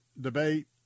debate